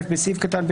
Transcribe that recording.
בסעיף קטן (ב),